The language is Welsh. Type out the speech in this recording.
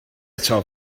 eto